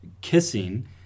kissing